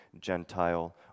Gentile